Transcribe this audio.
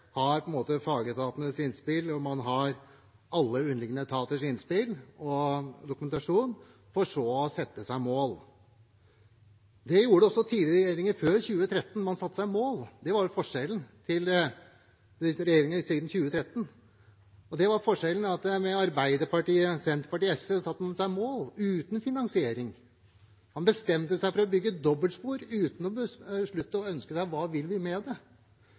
har fagetatenes innspill og alle underliggende etaters innspill og dokumentasjon for så å sette seg mål. Det gjorde også regjeringer før 2013 – man satte seg mål. Forskjellen er at med Arbeiderpartiet, Senterpartiet og SV satte man seg mål uten finansiering. Man bestemte seg for å bygge dobbeltspor uten å beslutte hva man ville med det. Jeg som selv er fra Vestfold vet godt at det